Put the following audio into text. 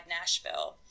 Nashville